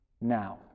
now